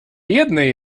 jednej